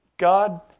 God